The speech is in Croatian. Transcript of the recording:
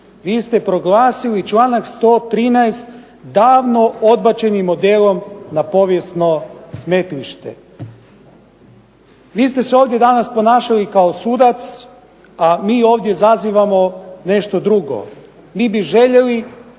Vi ste proglasili članak 113. davno odbačenim modelom na povijesno smetlište. Vi ste se ovdje danas ponašali kao sudac, a mi ovdje zazivamo nešto drugo.